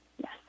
Yes